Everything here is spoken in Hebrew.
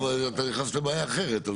אבל פה אתה נכנס לבעיה אחרת.